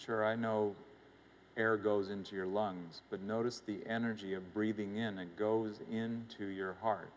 sure i know air goes into your lungs but notice the energy of breathing in and goes into your heart